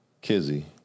Kizzy